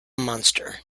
monster